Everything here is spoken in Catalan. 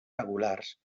regulars